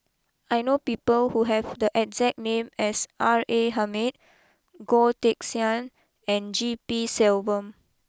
I know people who have the exact name as R A Hamid Goh Teck Sian and G P Selvam